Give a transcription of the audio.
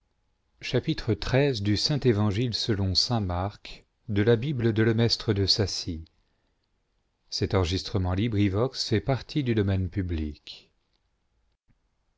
de chasser le démon du corps de sa fille